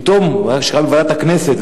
פתאום מה שקרה בוועדת הכנסת,